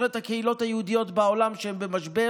את הקהילות היהודיות בעולם שהן במשבר,